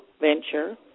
venture